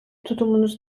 tutumunuz